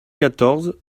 quatorze